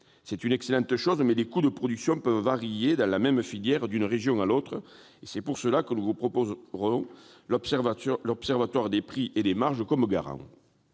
C'est une excellente chose, mais les coûts de production peuvent varier pour la même filière d'une région à l'autre. C'est pourquoi nous vous proposerons de prendre l'Observatoire de la formation des prix et des marges comme garant.